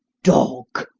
dog!